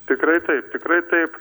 tikrai taip tikrai taip